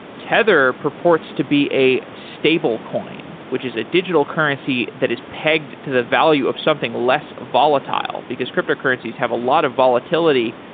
tether purports to be a stable coin, which is a digital currency that is pegged to the value of something less volatile, because crypto currencies have a lot of volatility,